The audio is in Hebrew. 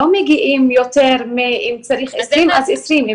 לא מגיעים יותר אם צריך 20 אז 20,